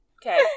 Okay